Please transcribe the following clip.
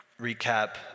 recap